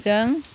जों